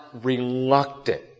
reluctant